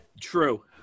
True